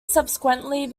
subsequently